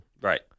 Right